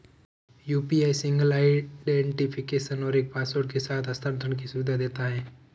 UPI single identification और एक password के साथ हस्थानांतरण की सुविधा देता है